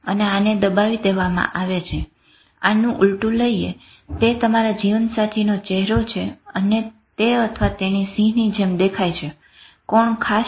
અને આને દબાવી દેવામાં આવે છે આને ઉલટું લઈએ તે તમારા જીવનસાથીનો ચેહરો છે અને તે અથવા તેણી સિંહની જેમ દેખાય છે કોણ ખાશે